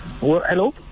Hello